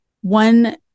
One